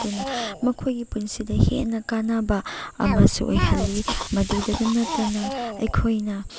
ꯑꯗꯨꯅ ꯃꯈꯣꯏꯒꯤ ꯄꯨꯟꯁꯤꯗ ꯍꯦꯟꯅ ꯀꯥꯟꯅꯕ ꯑꯃꯁꯨ ꯑꯣꯏꯍꯜꯂꯤ ꯃꯗꯨꯗꯇ ꯅꯠꯇꯅ ꯑꯩꯈꯣꯏꯅ